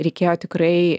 reikėjo tikrai